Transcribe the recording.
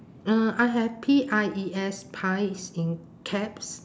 uh I have P I E S pies in caps